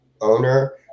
owner